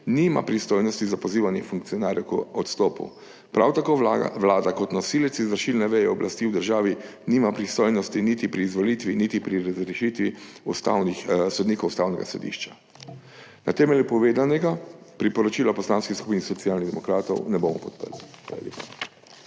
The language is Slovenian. nima pristojnosti za pozivanje funkcionarjev k odstopu, prav tako Vlada kot nosilec izvršilne veje oblasti v državi nima pristojnosti niti pri izvolitvi, niti pri razrešitvi ustavnih sodnikov Ustavnega sodišča. Na temelju povedanega priporočila v Poslanski skupini Socialnih demokratov ne bomo podprli.